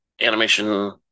animation